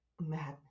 Madness